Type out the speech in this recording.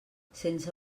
sense